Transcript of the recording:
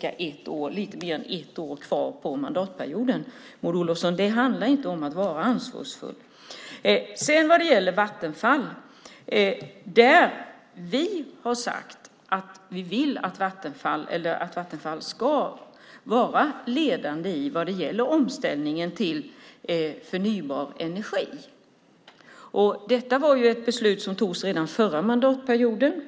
det alltså bara lite mer än ett år kvar på mandatperioden. Maud Olofsson, det är inte att vara ansvarsfull. Vi har sagt att vi vill att Vattenfall ska vara ledande vad gäller omställningen till förnybar energi. Detta var ett beslut som togs redan under den förra mandatperioden.